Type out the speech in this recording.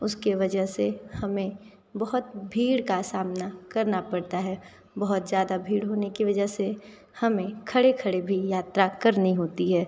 उसकी वजह से हमें बहुत भीड़ का सामना करना पड़ता है बहुत ज़्यादा भीड़ होने की वजह से हमें खड़े खड़े भी यात्रा होती है